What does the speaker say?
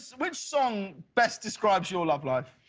which song best describes your love life?